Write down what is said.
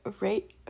right